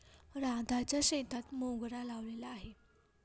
राधाच्या शेतात मोगरा लावलेला आहे